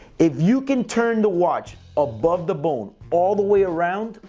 if you can turn the watch above the bone all the way around,